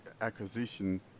acquisition